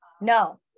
No